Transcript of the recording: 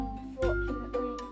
unfortunately